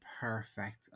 perfect